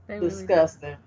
Disgusting